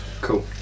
Cool